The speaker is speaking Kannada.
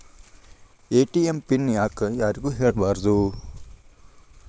ಎ.ಟಿ.ಎಂ ಪಿನ್ ಯಾಕ್ ಯಾರಿಗೂ ಹೇಳಬಾರದು?